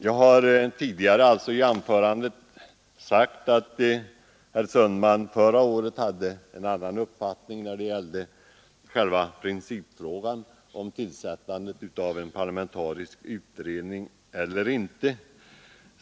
Jag har tidigare i mitt anförande sagt att herr Sundman förra året hade en annan uppfattning när det gällde själva principfrågan — om det skall tillsättas en parlamentarisk utredning eller inte.